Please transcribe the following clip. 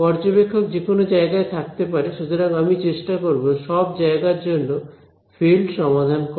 পর্যবেক্ষক যেকোনো জায়গায় থাকতে পারে সুতরাং আমি চেষ্টা করব সব জায়গার জন্য ফিল্ড সমাধান করা